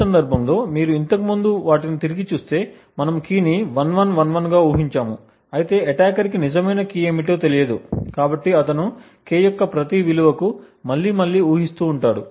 ఈ సందర్భంలో మీరు ఇంతకు ముందు వాటిని తిరిగి చూస్తే మనము కీ ని 1111 గా ఊహించాము అయితే అటాకర్ కి నిజమైన కీ ఏమిటో తెలియదు కాబట్టి అతను K యొక్క ప్రతి విలువకు మళ్ళీ మళ్ళీ ఊహిస్తుంటాడు